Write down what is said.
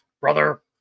brother